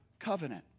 covenant